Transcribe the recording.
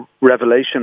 revelation